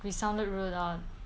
we sounded rude or